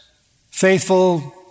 faithful